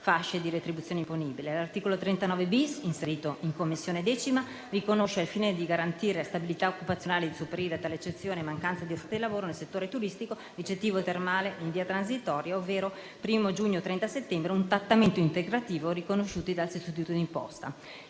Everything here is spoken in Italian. L'articolo 39-*bis,* inserito in 10a Commissione, riconosce, al fine di garantire a stabilità occupazionale e di sopperire alla eccezionale mancanza di offerta di lavoro nel settore turistico, ricettivo e termale in via transitoria, ovvero dal 1° giugno al 30 settembre, un trattamento integrativo riconosciuto dal sostituto d'imposta.